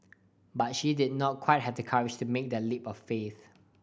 but she did not quite have the courage to make that leap of faith